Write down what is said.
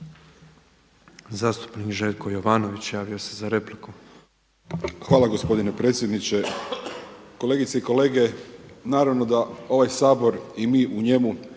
Zastupnik Željko Jovanović javio se za repliku. **Jovanović, Željko (SDP)** Hvala gospodine predsjedniče. Kolegice i kolege. Naravno da ovaj Sabor i mi u njemu